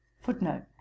Footnote